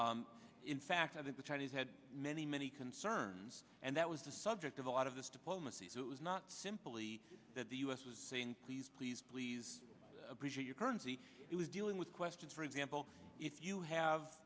dominance in fact i think the chinese had many many concerns and that was the subject of a lot of this diplomacy so it was not simply that the u s was saying please please please appreciate your currency it was dealing with questions for example if you have